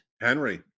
Henry